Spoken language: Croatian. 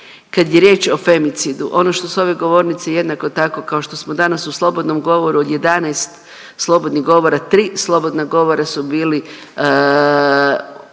Kad je riječ o femicidu ono što s ove govornice jednako tako kao što smo danas u slobodnom govoru od 11 slobodnih govora, 3 slobodna govora su bili u smjeru